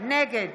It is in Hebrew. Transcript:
נגד